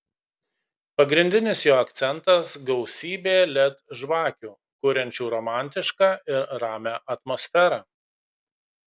pagrindinis jo akcentas gausybė led žvakių kuriančių romantišką ir ramią atmosferą